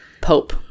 Pope